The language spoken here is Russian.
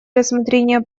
рассмотрение